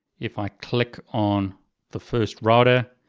if i click on the first router,